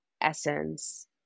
essence